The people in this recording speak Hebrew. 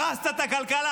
הרסת את הכלכלה.